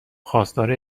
خواستار